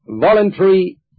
voluntary